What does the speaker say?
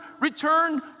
return